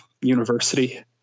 university